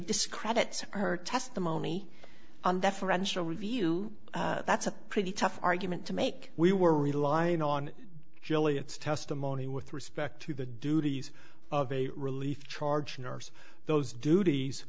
discredits her testimony and deferential review that's a pretty tough argument to make we were relying on julie it's testimony with respect to the duties of a relief charge nurse those duties